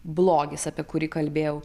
blogis apie kurį kalbėjau